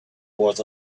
was